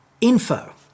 Info